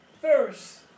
first